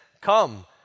Come